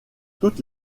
toutes